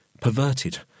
perverted